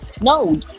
no